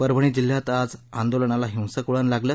परभणी जिल्ह्यात आज आंदोलनाला हिंसक वळण लागलं